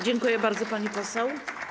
Dziękuję bardzo, pani poseł.